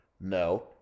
No